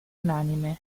unanime